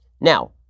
Now